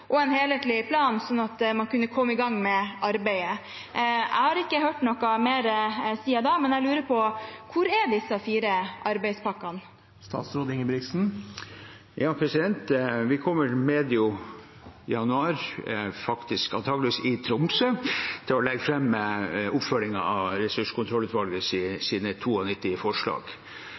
at man kunne komme i gang med arbeidet. Jeg har ikke hørt noe mer siden da, men jeg lurer på: Hvor er disse fire arbeidspakkene? Vi kommer medio januar, antageligvis i Tromsø, til å legge fram oppfølgingen av